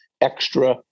extra